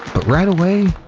but right away